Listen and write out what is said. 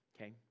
Okay